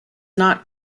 not